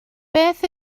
beth